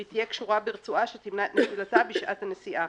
והיא תהיה קשורה ברצועה שתמנע את נפילתה בשעת הנסיעה".